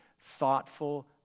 thoughtful